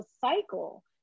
cycle